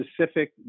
specific